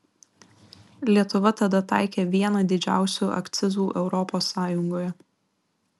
lietuva tada taikė vieną didžiausių akcizų europos sąjungoje